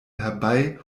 herbei